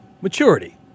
maturity